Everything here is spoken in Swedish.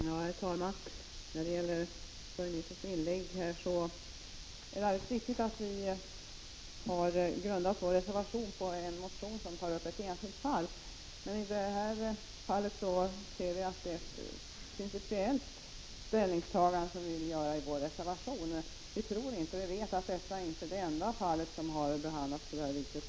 Herr talman! Det är alldeles riktigt, Börje Nilsson, att vi har grundat vår reservation på en motion som tar upp ett enskilt fall, men vi ser det som ett principiellt ställningstagande, och det är det vi ger uttryck för i vår reservation. Vi vet att detta inte är det enda fall som har behandlats på det här viset.